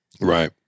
Right